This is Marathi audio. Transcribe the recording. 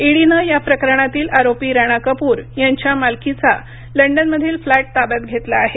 ईडीनं या प्रकरणातील आरोपी राणा कपूर यांच्या मालकीचा लंडनमधील फ्लॅट ताब्यात घेतला आहे